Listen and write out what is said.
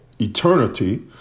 eternity